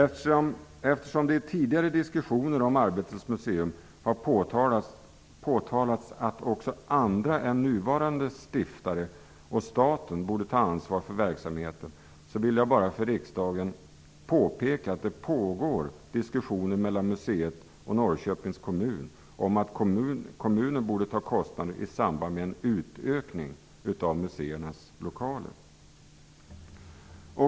Det har i tidigare diskussioner om Arbetets museum påpekats att också andra än stiftare och staten borde ta ansvar för verksamheten. Jag vill för riksdagen påpeka att det pågår diskussioner mellan museet och Norrköpings kommun om att kommunen skall ta den kostnad som uppkommer i samband med en utökning av museernas lokaler.